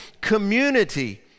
community